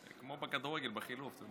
כמו בכדורגל בחילוף.